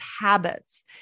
habits